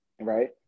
Right